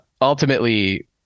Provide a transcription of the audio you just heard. ultimately